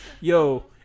Yo